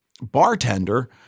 bartender